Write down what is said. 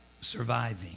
surviving